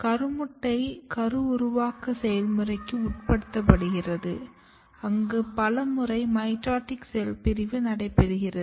கருமுட்டை கருஉருவாக்க செயல்முறைக்கு உட்படுத்தப்படுகிறது அங்கு பல முறை மைடோடிக் செல் பிரிவு நடைபெறுகிறது